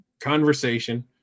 conversation